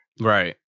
Right